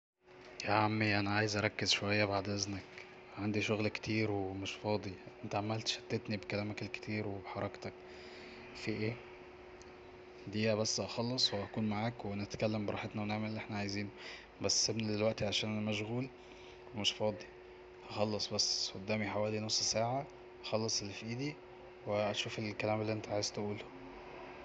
ياعمي أنا عايز اركز شوية بعد اذنك عندي شغل كتير ومش فاضي انت عمال تشتتني بكلامك الكتير وبحركتك في اي دقيقة بس هخلص واكون معاك ونحكي براحتنا ونعمل اللي احنا عاوزينه بس سيبني دلوقتي علشان أنا مشغول ومش فاضي هخلص بس قدامي حوالي نص ساعة هخلص اللي في ايدي وأشوف الكلام اللي انت عايز تقوله